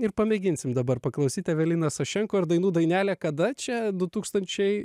ir pamėginsim dabar paklausyt evelina sašenko ir dainų dainelė kada čia du tūkstančiai